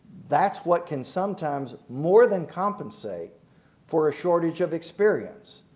that's what can sometimes more than compensate for a shortage of experience.